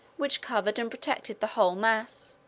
which covered and protected the whole mass,